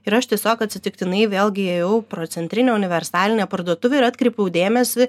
ir aš tiesiog atsitiktinai vėlgi ėjau pro centrinę universalinę parduotuvę ir atkreipiau dėmesį